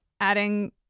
adding